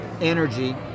energy